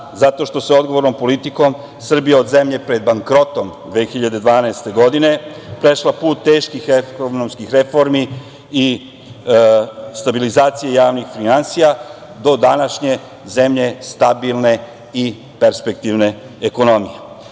Zato što je odgovornom politikom Srbija od zemlje pred bankrotom 2012. godine prešla put teških ekonomskih reformi i stabilizacije javnih finansija, do današnje zemlje stabilne i perspektivne ekonomije.